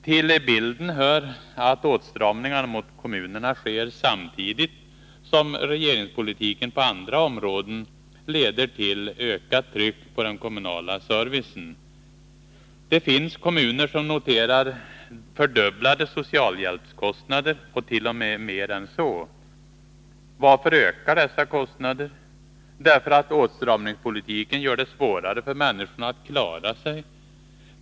Till bilden hör att åtstramningarna mot kommunerna sker samtidigt som regeringspolitiken på andra områden leder till ökat tryck på den kommunala servicen. Det finns kommuner som noterar fördubblade socialhjälpskostnader — t.o.m. mer än så. Varför ökar dessa kostnader? Jo, därför att åtstramningspolitiken gör det svårare för människorna att klara sig.